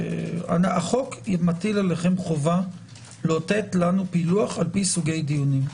החוק מטיל עליכם חובה לאותת לנו פילוח על פי סוגי דיונים.